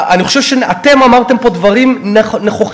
אני חושב שאתם אמרתם פה דברים נכוחים,